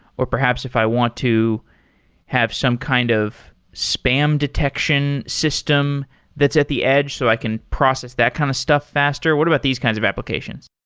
or perhaps if i want to have some kind of spam detection system that's at the edge so i can process that kind of stuff faster. what about these kinds of applications?